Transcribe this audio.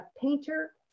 Painter